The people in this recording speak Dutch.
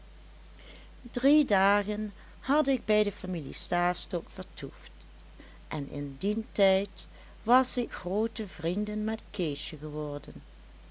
drie dagen had ik bij de familie stastok vertoefd en in dien tijd was ik groote vrienden met keesje geworden